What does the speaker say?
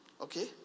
okay